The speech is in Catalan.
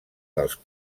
dels